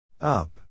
Up